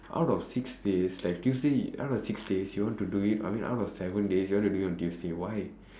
out of six days like tuesday out of six days you want to do it I mean out of seven days you want to do it on tuesday why